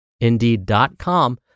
Indeed.com